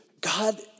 God